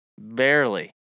Barely